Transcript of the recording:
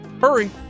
hurry